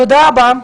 תודה רבה.